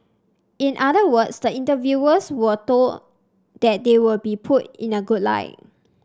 in other words the interviewers were told that they will be put in a good light